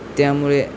त्यामुळे